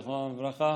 זיכרונו לברכה,